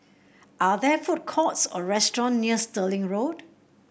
are there food courts or restaurant near Stirling Road